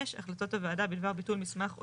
5. החלטות הוועדה בדבר ביטול מסמך או